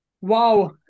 wow